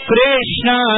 Krishna